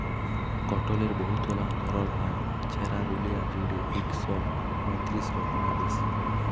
কটলের বহুতলা ধরল হ্যয়, ছারা দুলিয়া জুইড়ে ইক শ পঁয়তিরিশ রকমেরও বেশি